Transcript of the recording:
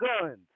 guns